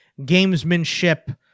gamesmanship